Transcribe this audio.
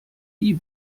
die